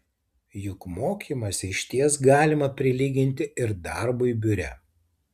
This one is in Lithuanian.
juk mokymąsi išties galima prilyginti ir darbui biure